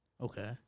Okay